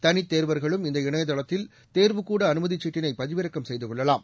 தனித் தேர்வா்களும் இந்த இணையதளத்தில் தேர்வுகூட அனுமதி சீட்டினை பதிவிறக்கம் செய்து கொள்ளலாம்